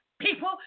people